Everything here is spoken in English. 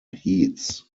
heats